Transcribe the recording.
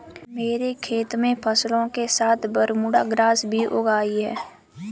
मेरे खेत में फसलों के साथ बरमूडा ग्रास भी उग आई हैं